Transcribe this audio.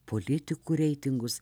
politikų reitingus